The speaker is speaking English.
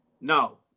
No